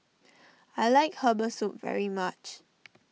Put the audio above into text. I like Herbal Soup very much